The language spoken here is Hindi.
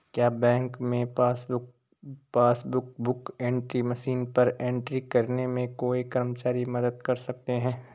क्या बैंक में पासबुक बुक एंट्री मशीन पर एंट्री करने में कोई कर्मचारी मदद कर सकते हैं?